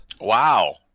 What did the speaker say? Wow